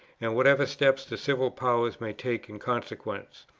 and whatever steps the civil power may take in consequence.